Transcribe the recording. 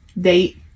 date